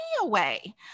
away